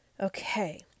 Okay